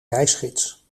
reisgids